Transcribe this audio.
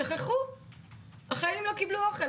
שכחו אותם וחיילים לא קבלו אוכל.